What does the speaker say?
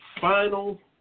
final